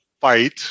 fight